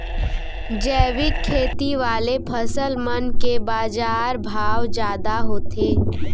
जैविक खेती वाले फसल मन के बाजार भाव जादा होथे